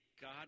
God